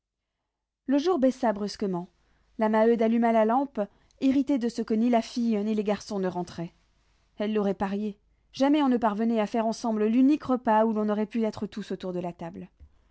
le jour baissa brusquement la maheude alluma la lampe irritée de ce que ni la fille ni les garçons ne rentraient elle l'aurait parié jamais on ne parvenait à faire ensemble l'unique repas où l'on aurait pu être tous autour de la table